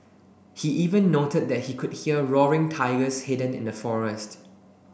he even noted that he could hear roaring tigers hidden in the forest